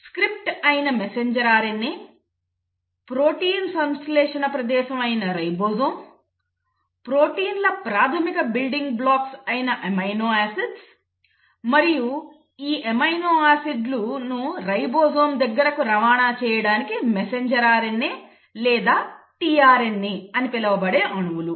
script అయిన messenger RNA protein సంశ్లేషణ ప్రదేశం అయిన రైబోజోమ్ ప్రోటీన్ల ప్రాథమిక బిల్డింగ్ బ్లాక్లు అయిన అమైనో ఆసిడ్లు మరియు ఈ అమైనో ఆసిడ్లను రైబోజోమ్ల దగ్గరకు రవాణా చేయడానికి మెసెంజర్ RNA లేదా tRNA అని పిలువబడే అణువులు